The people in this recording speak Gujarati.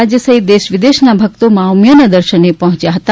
રાજ્ય સહિત દેશ વિદેશના ભક્તો મા ઉમિયાના દર્શને પહોંચ્યા હતા